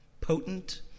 potent